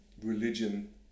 religion